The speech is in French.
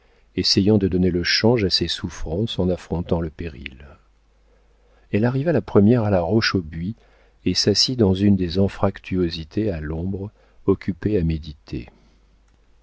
essayant de donner le change à ses souffrances en affrontant le péril elle arriva la première à la roche au buis et s'assit dans une des anfractuosités à l'ombre occupée à méditer